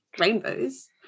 rainbows